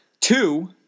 Two